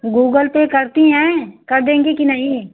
Google पर करती हैं कर देंगी कि नहीं